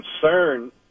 concern